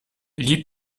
gli